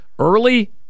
Early